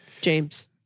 James